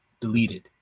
deleted